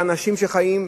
באנשים חיים.